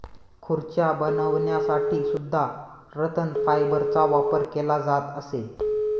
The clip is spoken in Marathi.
खुर्च्या बनवण्यासाठी सुद्धा रतन फायबरचा वापर केला जात असे